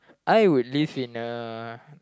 I would live in a